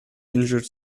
injured